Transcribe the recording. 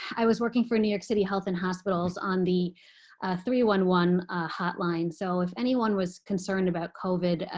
i was working for new york city health and hospitals on the three one one hotline. so if anyone was concerned about covid, ah